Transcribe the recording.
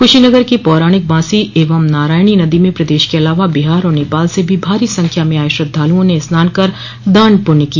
कशीनगर की पौराणिक बांसी एवं नारायणी नदी में प्रदश के अलावा बिहार और नेपाल से भी भारी संख्या में आये श्रद्वालुओं ने स्नान कर दान पुण्य किया